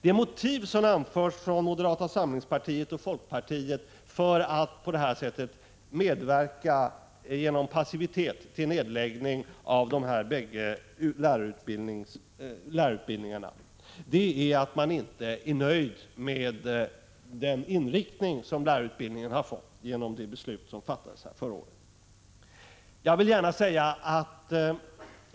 Det motiv som anförts av moderata samlingspartiet och folkpartiet för att genom passivitet i omröstningarna medverka till nedläggning av dessa lärarutbildningar är att man inte är nöjd med den inriktning som lärarutbildningen har fått genom det beslut som fattades här förra året.